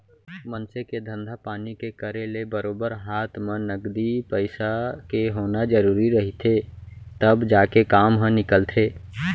मनसे के धंधा पानी के करे ले बरोबर हात म नगदी पइसा के होना जरुरी रहिथे तब जाके काम ह निकलथे